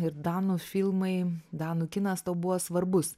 ir danų filmai danų kinas tau buvo svarbus